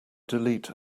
delete